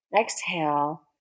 Exhale